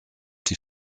die